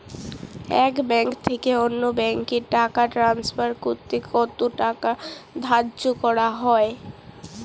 এক ব্যাংক থেকে আরেক ব্যাংকে টাকা টান্সফার করতে কত টাকা ধার্য করা হয়?